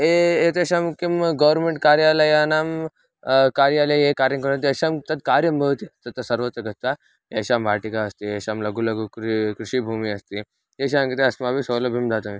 ए एतेषां किं गौर्मेण्ट् कार्यालयानां कार्यालये ये कार्यं कुर्वन्ति तेषां तत् कार्यं भवति तत्र सर्वत्र गत्वा येषां वाटिका अस्ति येषां लघु लघु क्री कृषिभूमिः अस्ति तेषां कृते अस्माभिः सौलभ्यं दातव्यं